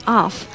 off